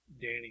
Danny